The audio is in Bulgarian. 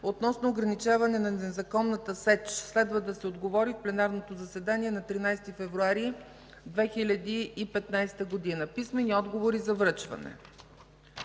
относно ограничаване на незаконната сеч. Следва да се отговори в пленарното заседание на 13 февруари 2015 г. Писмени отговори за връчване: